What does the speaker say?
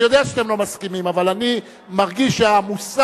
אני יודע שאתם לא מסכימים, אבל אני מרגיש שהמוסר